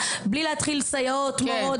חינוך חובה,